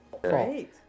Great